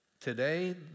Today